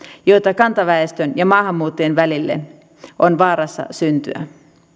joita kantaväestön ja maahanmuuttajien välille on vaarassa syntyä